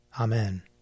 Amen